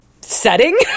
setting